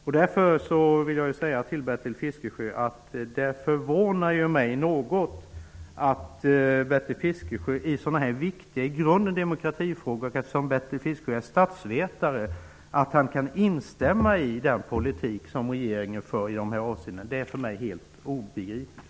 Det förvånar mig något att Bertil Fiskesjö, som är statsvetare, i sådana viktiga grundläggande demokratifrågor kan instämma i den politik som regeringen för i dessa avseenden. Det är för mig helt obegripligt.